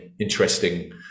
interesting